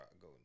go